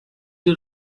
die